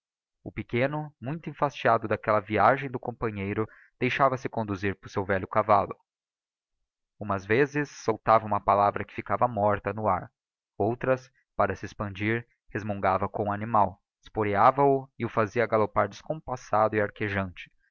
o pequeno muito enfastiado d'aquella viagem e do companheiro deixava-se conduzir pelo seu velho cavallo umas vezes soltava uma palavra que ficava morta no ar outras para se expandir resmungava com o animal esporeava o e o fazia galopar descompassado e arquejante